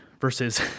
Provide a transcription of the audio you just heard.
versus